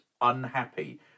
unhappy